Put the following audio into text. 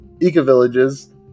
eco-villages